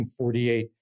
1948